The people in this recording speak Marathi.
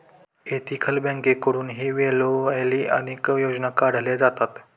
एथिकल बँकेकडूनही वेळोवेळी अनेक योजना काढल्या जातात